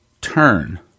turn